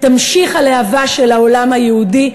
תמשיך הלהבה של העולם היהודי,